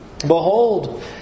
Behold